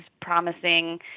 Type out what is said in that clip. promising